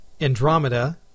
Andromeda